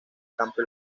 campo